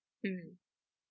mmhmm